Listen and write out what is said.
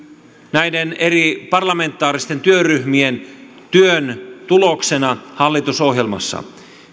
näiden eri parlamentaaristen työryhmien työn tuloksena hallitusohjelmassa